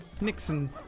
Nixon